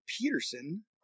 Peterson